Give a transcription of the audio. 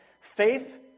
faith